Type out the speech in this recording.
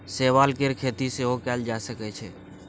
शैवाल केर खेती सेहो कएल जा सकै छै